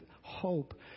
hope